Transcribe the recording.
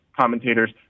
commentators